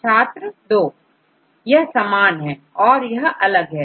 छात्र2 यह समान है और यह अलग है